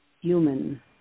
human